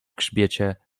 grzbiecie